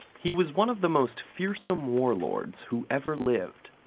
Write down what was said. he was one of the most fearsome warlords who ever lived,